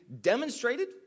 demonstrated